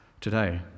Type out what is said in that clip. today